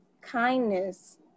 Kindness